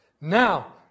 Now